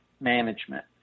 management